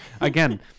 Again